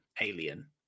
Alien